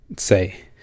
Say